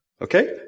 Okay